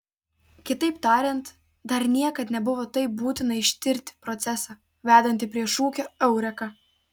kitaip tariant dar niekad nebuvo taip būtina ištirti procesą vedantį prie šūkio eureka